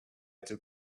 took